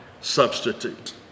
substitute